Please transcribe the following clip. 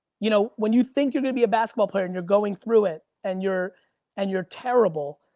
you know when you think you're gonna be a basketball player, and you're going through it, and you're and you're terrible.